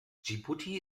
dschibuti